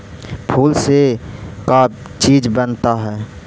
फूल से का चीज बनता है?